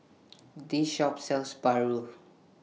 This Shop sells Paru